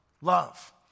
love